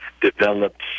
developed